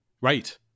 Right